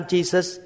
Jesus